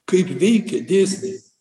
kaip veikia dėsnis